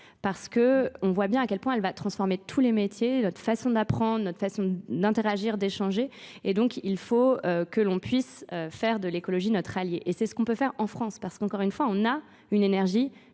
parce qu'on voit bien à quel point elle va transformer tous les métiers, notre façon d'apprendre, notre façon d'interagir, d'échanger et donc il faut que l'on puisse faire de l'écologie notre allié et c'est ce qu'on peut faire en France parce qu'encore une fois on a une énergie